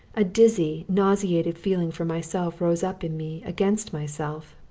a dizzy nauseated feeling for myself rose up in me against myself,